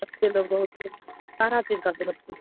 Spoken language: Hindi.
बच्चे लोग बहुत लोग सारा दिन